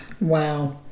Wow